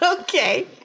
Okay